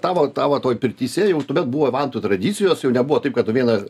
tavo tavo toj pirtyse jau tuomet buvo vantų tradicijos jau nebuvo taip kad tu vieną